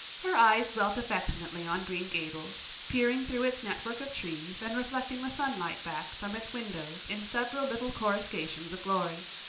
her eyes dwelt affectionately on green gables, peering through its network of trees and reflecting the sunlight back from its windows in several little coruscations of glory.